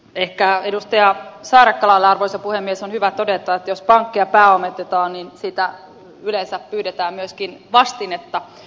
ehkä edustaja saarakkalalle arvoisa puhemies on hyvä todeta että jos pankkia pääomitetaan niin siitä yleensä pyydetään myöskin vastinetta